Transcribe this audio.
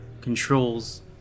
controls